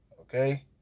okay